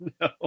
No